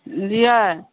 बुझलियै